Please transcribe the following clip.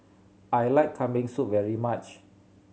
I like Kambing Soup very much